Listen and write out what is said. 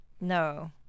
No